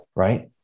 Right